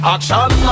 Action